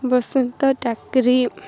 Basanta Takri